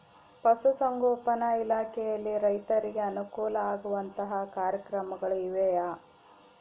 ಪಶುಸಂಗೋಪನಾ ಇಲಾಖೆಯಲ್ಲಿ ರೈತರಿಗೆ ಅನುಕೂಲ ಆಗುವಂತಹ ಕಾರ್ಯಕ್ರಮಗಳು ಇವೆಯಾ?